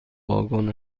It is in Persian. واگن